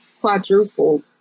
quadrupled